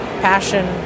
passion